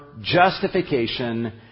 justification